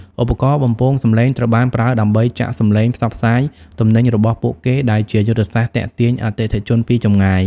ឧបករណ៍បំពងសំឡេងត្រូវបានប្រើដើម្បីចាក់សំឡេងផ្សព្វផ្សាយទំនិញរបស់ពួកគេ ដែលជាយុទ្ធសាស្ត្រទាក់ទាញអតិថិជនពីចម្ងាយ។